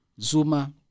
Zuma